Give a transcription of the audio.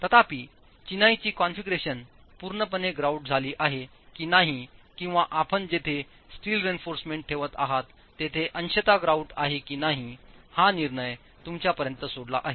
तथापि चिनाईची कॉन्फिगरेशन पूर्णपणे ग्राउट झाली आहे की नाही किंवा आपण जेथे स्टील रेइन्फॉर्समेंट ठेवत आहात तिथे अंशतः ग्राउट आहे की नाही हा निर्णय तुमच्यापर्यंत सोडला आहे